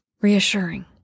...reassuring